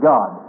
God